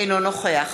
אינו נוכח